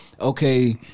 Okay